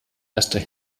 erster